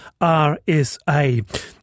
RSA